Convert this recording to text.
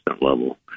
level